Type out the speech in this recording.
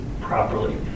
properly